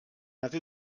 aveu